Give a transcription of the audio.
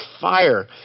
fire